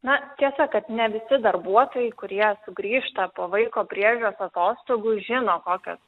na tiesa kad ne visi darbuotojai kurie sugrįžta po vaiko priežiūros atostogų žino kokios